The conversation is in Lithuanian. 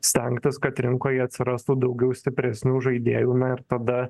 stengtis kad rinkoje atsirastų daugiau stipresnių žaidėjų na ir tada